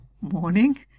Morning